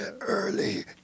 early